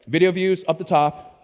video views up the top,